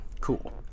Cool